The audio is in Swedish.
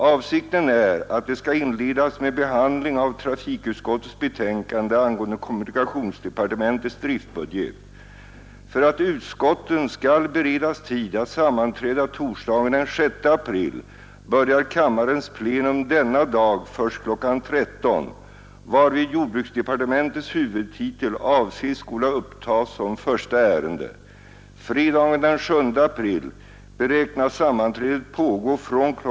Avsikten är att det skall inledas med behandlingen av trafikutskottets betänkande angående kommunikationsdepartementets driftbudget. För att utskotten skall beredas tid att sammanträda torsdagen den 6 april börjar kammarens plenum denna dag först kl. 13.00, varvid jordbruksdepartementets huvudtitel avses skola upptas som första ärende. Fredagen den 7 april beräknas sammanträdet pågå från kl.